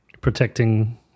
Protecting